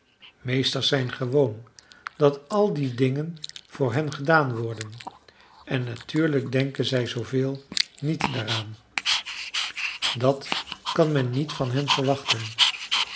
meesters zijn gewoon dat al die dingen voor hen gedaan worden en natuurlijk denken zij zooveel niet daaraan dat kan men niet van hen verwachten